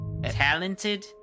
Talented